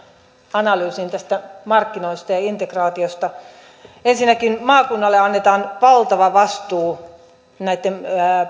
analyysiin markkinoista ja integraatiosta ensinnäkin maakunnalle annetaan valtava vastuu näitten